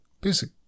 basic